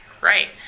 Right